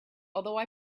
although